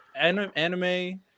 Anime